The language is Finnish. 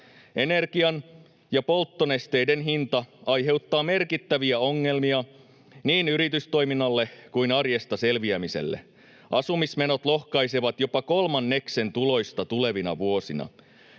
Energian ja polttonesteiden hinta aiheuttaa merkittäviä ongelmia niin yritystoiminnalle kuin arjesta selviämiselle. Asumismenot lohkaisevat jopa kolmanneksen tuloista tulevina vuosina.